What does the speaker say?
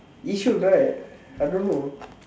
Yishun right I don't know